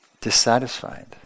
dissatisfied